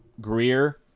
Greer